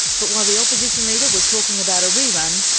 but while the opposition leader was talking about a rerun,